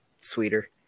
sweeter